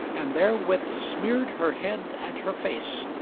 and therewith smeared her head and her face,